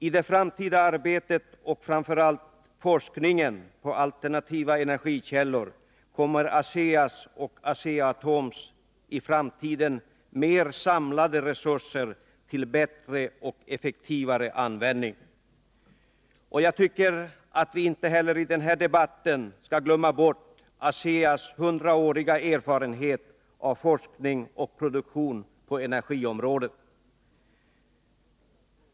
I det framtida arbetet och framför allt inom forskningen i alternativa energikällor kommer ASEA:s och Asea-Atoms i framtiden mer samlade resurser till bättre och effektivare användning. Jag tycker att vi i den här debatten inte heller skall glömma bort ASEA:s hundraåriga erfarenhet av forskning och produktion på energiområdet.